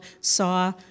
saw